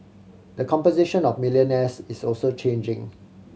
the composition of millionaires is also changing